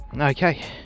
okay